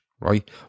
right